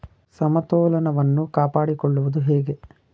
ಸಮತೋಲನವನ್ನು ಕಾಪಾಡಿಕೊಳ್ಳುವುದು ಹೇಗೆ?